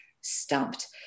stumped